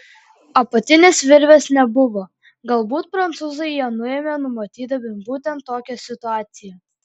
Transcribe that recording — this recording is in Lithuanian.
apatinės virvės nebuvo galbūt prancūzai ją nuėmė numatydami būtent tokią situaciją